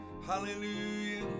hallelujah